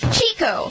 Chico